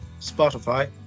Spotify